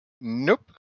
Nope